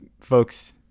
folks